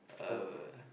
a